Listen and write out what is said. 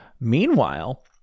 Meanwhile